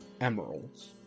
emeralds